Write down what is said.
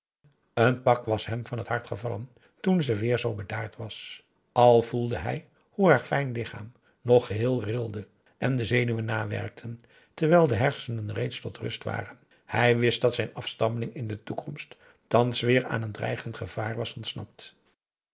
een pak was hem van het hart gevallen toen ze weer zoo bedaard was al voelde hij hoe haar fijn lichaam nog geheel trilde en de zenuwen nawerkten terwijl de hersenen reeds tot rust waren hij wist dat zijn afstammeling in de toekomst thans weêr aan een dreigend gevaar was ontsnapt